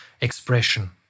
expression